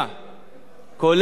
כולל כל התקנים,